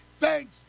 Thanks